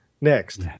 Next